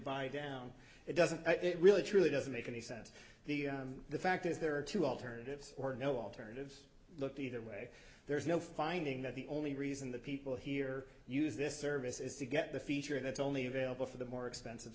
buy down it doesn't it really truly doesn't make any sense the the fact is there are two alternatives or no alternatives look either way there's no finding that the only reason the people here use this service is to get the feature that's only available for the more expensive